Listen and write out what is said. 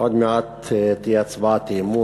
עוד מעט תהיה הצבעת אי-אמון,